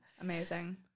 Amazing